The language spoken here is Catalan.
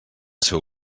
seu